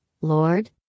Lord